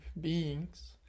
beings